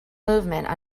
movement